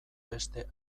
beste